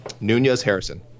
Nunez-Harrison